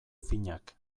finak